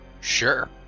sure